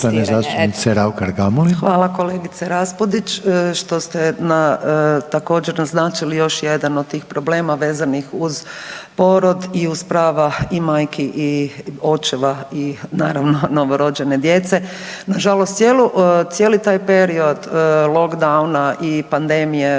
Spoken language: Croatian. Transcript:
Hvala kolegice Raspudić što ste također naznačili još jedan od tih problema vezanih uz porod i uz prava i majki i očeva i naravno novorođene djece. Na žalost cijeli taj period lockdowna i pandemije